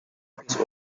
that